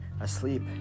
asleep